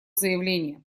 заявление